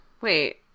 wait